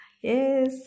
Yes